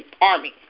army